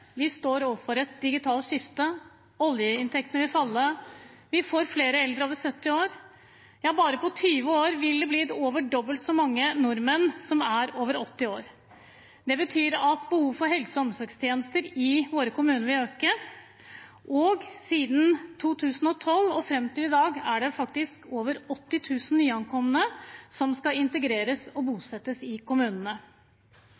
Vi står overfor et digitalt skifte. Oljeinntektene vil falle. Vi får flere eldre over 70 år. Ja, på bare 20 år vil det bli over dobbelt så mange nordmenn som er over 80 år. Det betyr at behovet for helse- og omsorgstjenester i våre kommuner vil øke. Og siden 2012 og fram til i dag er det over 80 000 nyankomne som skal integreres og